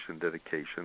dedication